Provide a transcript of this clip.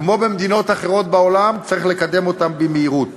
כמו במדינות אחרות בעולם, צריך לקדם אותן במהירות.